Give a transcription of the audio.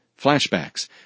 flashbacks